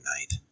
night